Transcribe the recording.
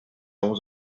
آموز